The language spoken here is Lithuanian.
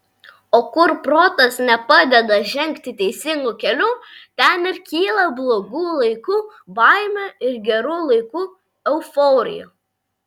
o kur protas nepadeda žengti teisingu keliu ten ir kyla blogų laikų baimė ir gerų laikų euforija